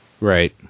Right